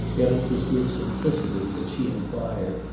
yet it was with simplicity, that she inquired,